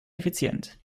effizient